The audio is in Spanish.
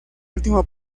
último